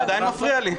הוא עדיין מפריע לי.